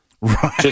Right